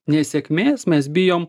nesėkmės mes bijom